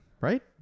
right